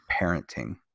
parenting